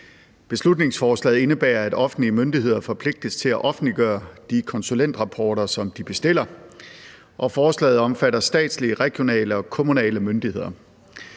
Beslutningsforslaget indebærer, at offentlige myndigheder forpligtes til at offentliggøre de konsulentrapporter, som de bestiller, og forslaget omfatter statslige, regionale og kommunale myndigheder.